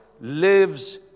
lives